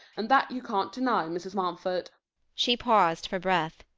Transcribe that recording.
and that you can't deny, mrs. mumford she paused for breath.